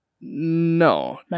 No